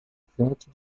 frente